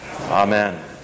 Amen